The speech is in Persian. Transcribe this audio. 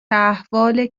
احوال